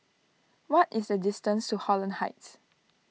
what is the distance to Holland Heights